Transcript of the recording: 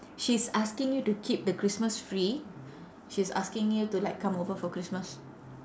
she's asking you to keep the christmas free she's asking you to like come over for christmas